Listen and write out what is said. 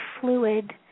fluid